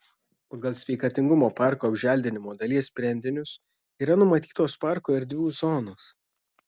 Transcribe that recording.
pagal sveikatingumo parko apželdinimo dalies sprendinius yra numatytos parko erdvių zonos